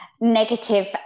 negative